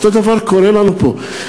אותו דבר קורה לנו פה.